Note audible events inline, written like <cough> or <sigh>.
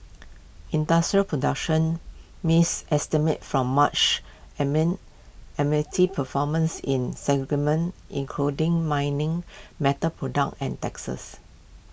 industrial production missed estimates from March amid <unintelligible> performance in segments including mining metal products and textiles